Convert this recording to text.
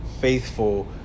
faithful